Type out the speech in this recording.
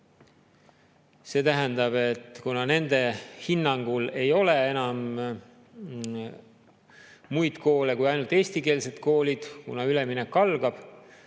See tähendab, et kuna nende hinnangul ei ole enam muid koole kui ainult eestikeelsed koolid, kuna üleminek algab,